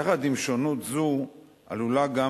יחד עם שונות זו עלולה גם,